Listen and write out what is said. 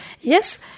Yes